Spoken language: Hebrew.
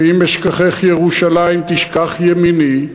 ו"אם אשכחך ירושלים תשכח ימיני",